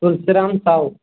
Tulsi Ram Sahu